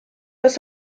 los